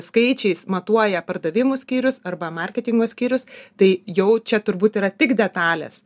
skaičiais matuoja pardavimų skyrius arba marketingo skyrius tai jau čia turbūt yra tik detalės